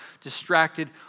distracted